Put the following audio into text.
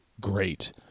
great